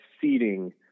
seating